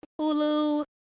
Hulu